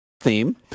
Theme